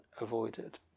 avoided